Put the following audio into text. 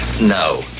No